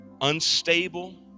Unstable